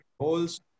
holes